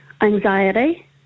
anxiety